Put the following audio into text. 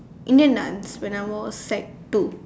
Indian dance when I was sec two